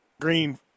green